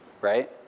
Right